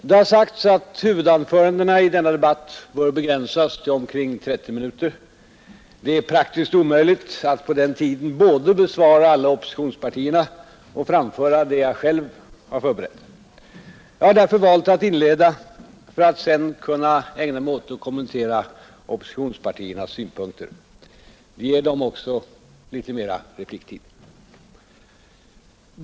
Herr talman! Det har sagts att huvudanförandena i denna debatt bör begränsas till omkring 30 minuter, Det är praktiskt omöjligt att på denna tid både svara alla oppositionspartierna och framföra det jag själv förberett. Jag har därför valt att inleda för att sedan kunna ägna mig åt att kommentera oppositionspartiernas synpunkter. Det ger dem också litet mera repliktid.